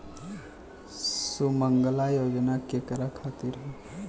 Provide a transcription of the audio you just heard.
सुमँगला योजना केकरा खातिर ह?